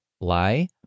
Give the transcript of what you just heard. lie